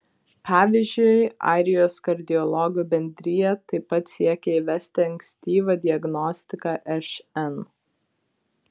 pavyzdžiui airijos kardiologų bendrija taip pat siekia įvesti ankstyvą diagnostiką šn